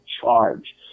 charge